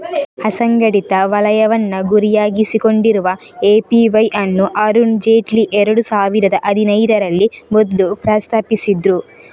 ಅಸಂಘಟಿತ ವಲಯವನ್ನ ಗುರಿಯಾಗಿಸಿಕೊಂಡಿರುವ ಎ.ಪಿ.ವೈ ಅನ್ನು ಅರುಣ್ ಜೇಟ್ಲಿ ಎರಡು ಸಾವಿರದ ಹದಿನೈದರಲ್ಲಿ ಮೊದ್ಲು ಪ್ರಸ್ತಾಪಿಸಿದ್ರು